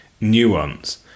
nuance